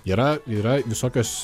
yra yra visokios